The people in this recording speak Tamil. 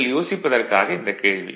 நீங்கள் யோசிப்பதற்காக இந்தக் கேள்வி